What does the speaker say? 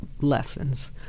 lessons